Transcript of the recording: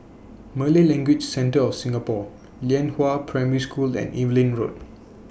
Malay Language Centre of Singapore Lianhua Primary School and Evelyn Road